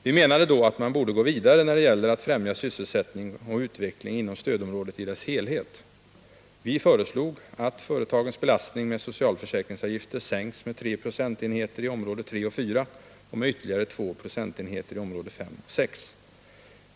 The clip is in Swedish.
Vi menade då att man borde gå vidare när det gäller att främja sysselsättning och utveckling inom stödområdet i dess helhet. Vi föreslog att företagens belastning med socialförsäkringsavgifter skulle sänkas med 3 procentenheter i områdena 3 och 4, och med ytterligare 2 procentenheter i områdena 5 och 6.